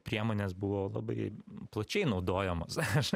priemonės buvo labai plačiai naudojamos aš